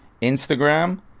Instagram